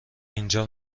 اینجا